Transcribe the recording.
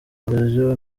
buryo